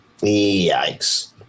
Yikes